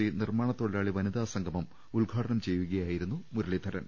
C നിർമ്മാണ തൊഴിലാളി വനിതാ സംഗമം ഉദ്ഘാടനം ചെയ്യുകയായിരുന്നു മുരളീധരൻ